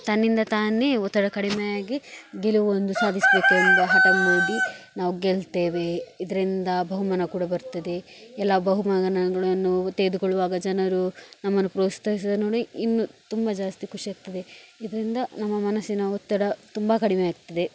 ತನ್ನಿಂದ ತಾನೇ ಒತ್ತಡ ಕಡಿಮೆ ಆಗಿ ಗೆಲುವೊಂದು ಸಾಧಿಸಬೇಕೆಂದು ಹಠ ಮೂಡಿ ನಾವು ಗೆಲ್ತೇವೆ ಇದರಿಂದ ಬಹುಮಾನ ಕೂಡ ಬರ್ತದೆ ಎಲ್ಲ ಬಹುಮಾನಗಳನ್ನು ತೆಗೆದುಕೊಳ್ಳುವಾಗ ಜನರು ನಮ್ಮನ್ನು ಪ್ರೋತ್ಸಾಹಿಸುದನ್ ನೋಡಿ ಇನ್ನು ತುಂಬ ಜಾಸ್ತಿ ಖುಷಿ ಆಗ್ತದೆ ಇದರಿಂದ ನಮ್ಮ ಮನಸ್ಸಿನ ಒತ್ತಡ ತುಂಬ ಕಡಿಮೆ ಆಗ್ತದೆ